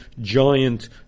giant